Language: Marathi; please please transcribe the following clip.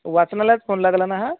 वाचनालयात फोन लागला ना हा